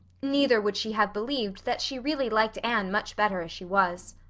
neither would she have believed that she really liked anne much better as she was.